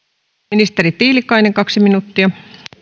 ministeri tiilikainen kaksi minuuttia